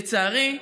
לצערי,